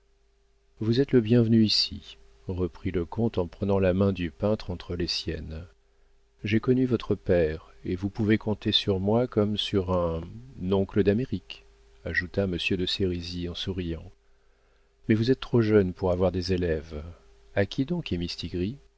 vous êtes le bienvenu ici reprit le comte en prenant la main du peintre entre les siennes j'ai connu votre père et vous pouvez compter sur moi comme sur un oncle d'amérique ajouta monsieur de sérisy en souriant mais vous êtes trop jeune pour avoir des élèves à qui donc